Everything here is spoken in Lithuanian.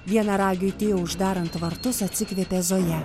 vienaragiui tio uždarant vartus atsikvėpė zoja